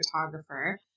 photographer